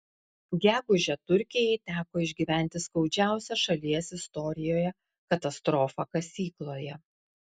gegužę turkijai teko išgyventi skaudžiausią šalies istorijoje katastrofą kasykloje